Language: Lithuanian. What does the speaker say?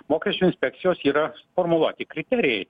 mokesčių inspekcijos yra suformuluoti kriterijai